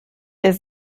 dass